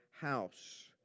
house